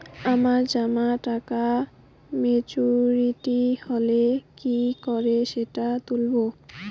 আমার জমা টাকা মেচুউরিটি হলে কি করে সেটা তুলব?